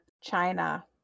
China